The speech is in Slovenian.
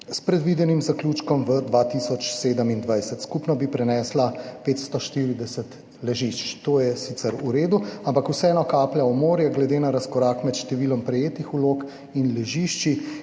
s predvidenim zaključkom v 2027. Skupno bi prinesla 540 ležišč. To je sicer v redu, ampak vseeno kaplja v morje glede na razkorak med številom prejetih vlog in ležišč,